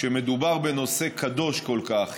כשמדובר בנושא קדוש כל כך,